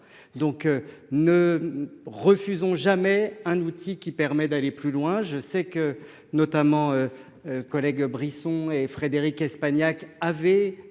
donc ne refusons jamais un outil qui permet d'aller plus loin. Je sais que notamment. Collègue Brisson et Frédérique Espagnac avait.